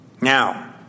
now